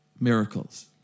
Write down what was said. miracles